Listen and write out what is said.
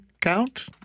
count